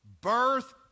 birth